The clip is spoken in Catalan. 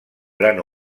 gran